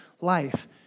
life